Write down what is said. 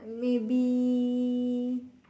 maybe